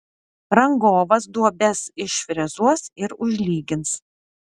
rangovas duobes išfrezuos ir užlygins